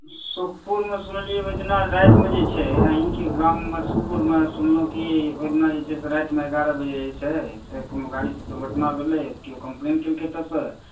सुखपुरमे सुनलियै ओहि दिना रातिमे जे छै अहीँके गाम सुखपुरमे सुनलहुँ कि ओहि दिन रातिमे एगारह बजे जे छै से कोनो गाड़ी से दुर्घटना भेलै केओ कम्प्लेन केलकै एतय सऽ